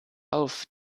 auf